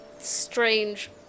strange